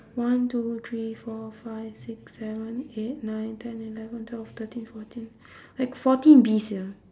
one two three four five six seven eight nine ten eleven twelve thirteen fourteen like fourteen bees here